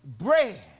Bread